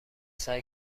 سعی